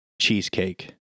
cheesecake